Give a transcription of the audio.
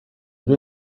due